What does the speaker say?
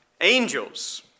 Angels